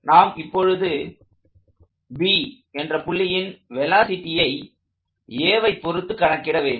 நாம் இப்பொழுது B என்ற புள்ளியின் வெலாசிட்டியை Aவை பொருத்து கணக்கிட வேண்டும்